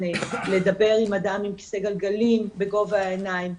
לדבר עם אדם עם כסא גלגלים בגובה העיניים.